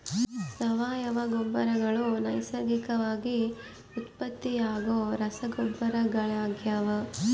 ಸಾವಯವ ಗೊಬ್ಬರಗಳು ನೈಸರ್ಗಿಕವಾಗಿ ಉತ್ಪತ್ತಿಯಾಗೋ ರಸಗೊಬ್ಬರಗಳಾಗ್ಯವ